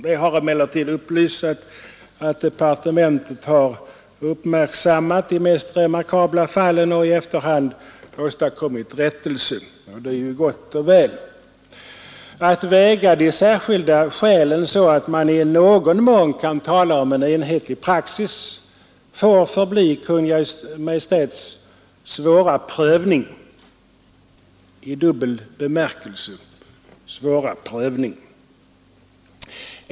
Det har emellertid upplysts om att departementet uppmärksammat de mest remarkabla fallen och i efterhand åstadkommit rättelse, vilket är gott och väl. Att väga de särskilda skälen så att man i någon mån kan tala om en enhetlig praxis får förbli Kungl. Maj:ts svåra prövning i dubbel bemärkelse.